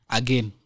again